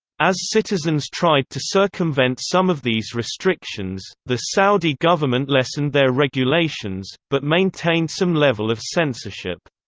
as citizens tried to circumvent some of these restrictions, the saudi government lessened their regulations, but maintained some level of censorship.